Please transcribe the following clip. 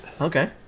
Okay